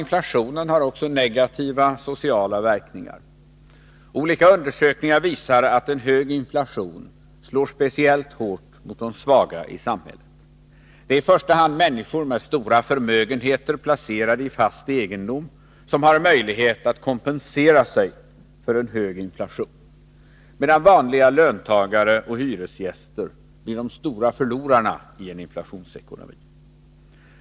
Inflationen har även negativa sociala verkningar. Olika undersökningar visar att en hög inflation slår hårt mot de svaga i samhället. I första hand människor med stora förmögenheter, placerade i fast egendom, har möjlighet att kompensera sig för en hög inflation, medan vanliga löntagare och hyresgäster blir de stora förlorarna i en inflationsekonomi.